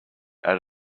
out